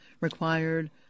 required